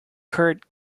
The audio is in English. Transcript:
curt